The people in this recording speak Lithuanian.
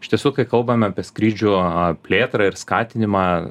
iš tiesų kai kalbam apie skrydžių plėtrą ir skatinimą